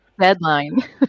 deadline